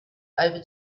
over